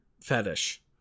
fetish